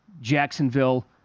Jacksonville